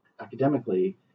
academically